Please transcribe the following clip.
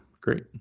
great